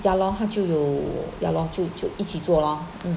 ya lor 他就有 ya lor 就就一起做咯嗯